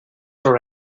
her